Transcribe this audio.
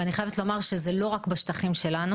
ואני חייבת לומר שזה לא רק בשטחי שלנו,